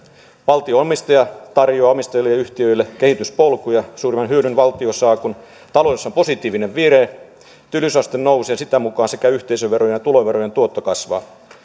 valtio omistaja tarjoaa omistamilleen yhtiöille kehityspolkuja suurimman hyödyn valtio saa kun taloudessa on positiivinen vire työllisyysaste nousee ja sitä mukaa sekä yhteisöverojen että tuloverojen tuotto kasvaa